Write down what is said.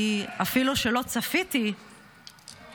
כי אפילו שלא צפיתי בנאום,